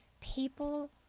people